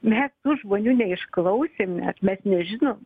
mes tų žmonių neišklausėme mes nežinom